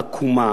הקלוקלת,